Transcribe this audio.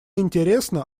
интересно